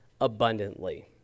abundantly